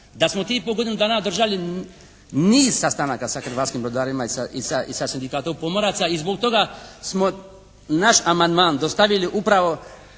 Da smo u tih godinu i po dana održali niz sastanaka sa hrvatskim brodarima i sa Sindikatom pomoraca i zbog toga smo naš amandman dostavili upravo